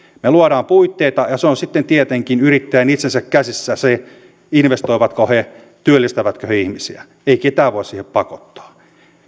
me luomme puitteita ja se on sitten tietenkin yrittäjien itsensä käsissä investoivatko he työllistävätkö he ihmisiä ei ketään voi siihen pakottaa